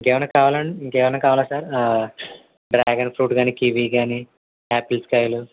ఇంకేమన్నా కావాల అండి ఇంకేమన్నా కావాలా సార్ డ్రాగన్ ఫ్రూట్ కానీ కివి కానీ యాపిల్స్ కాయలు